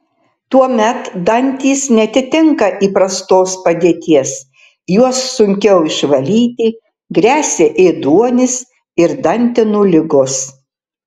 tuomet dantys neatitinka įprastos padėties juos sunkiau išvalyti gresia ėduonis ir dantenų ligos